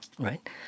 right